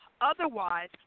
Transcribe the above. Otherwise